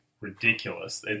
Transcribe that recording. ridiculous